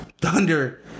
Thunder